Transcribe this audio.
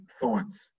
thorns